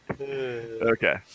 Okay